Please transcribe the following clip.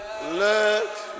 let